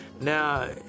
Now